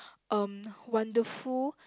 um wonderful